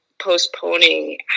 postponing